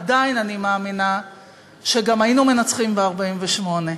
עדיין אני מאמינה שגם היינו מנצחים ב-1948.